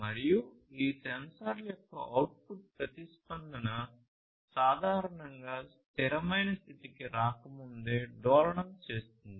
మరియు ఈ సెన్సార్ల యొక్క అవుట్పుట్ ప్రతిస్పందన సాధారణంగా స్థిరమైన స్థితికి రాకముందే డోలనం చేస్తుంది